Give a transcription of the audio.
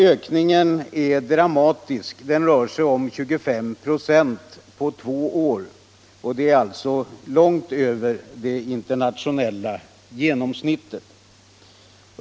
Ökningen är dramatisk: den är för industriarbetare ca40 26 på två år, vilket är långt över det internationella genomsnittet.